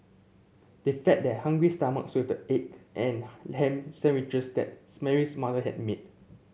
they fed their hungry stomachs with the egg and ham sandwiches that Mary's mother had made